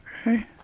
Okay